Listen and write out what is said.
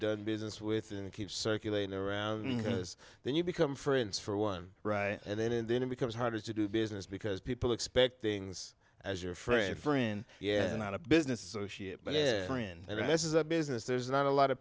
done business with and keep circulating around because then you become friends for one right and then and then it becomes harder to do business because people expect things as your friend friend yeah not a business associate but yeah friends and this is a business there's not a lot